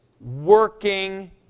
working